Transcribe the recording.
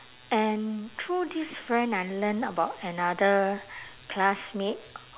and through this friend I learn about another classmate